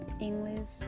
English